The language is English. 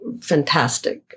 fantastic